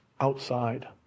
outside